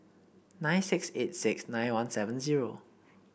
nine six eight six nine one seven zero